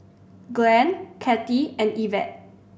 Glenn Kathie and Evette